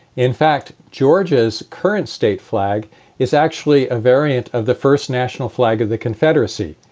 in fact, georgia's current state flag is actually a variant of the first national flag of the confederacy.